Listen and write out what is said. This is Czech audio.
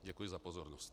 Děkuji za pozornost.